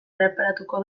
erreparatuko